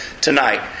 tonight